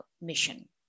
mission